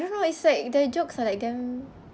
I don't know is like the jokes are like damn